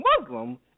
Muslim